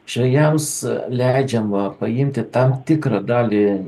žvejams leidžiama paimti tam tikrą dalį